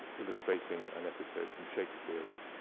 illustrating an episode from shakespeare's